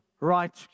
right